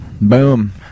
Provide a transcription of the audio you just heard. boom